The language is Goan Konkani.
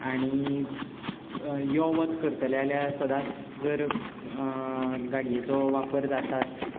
आनी यो वच करतले जाल्यार सदांच जर गाडयेचो वापर जाता